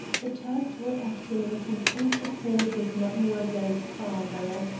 the turks were acting in complete accord with mademoiselle's father.